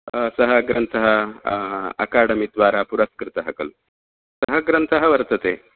सः ग्रन्थः अकाडेमि द्वारा पुरस्कृतः खलु सः ग्रन्थः वर्तते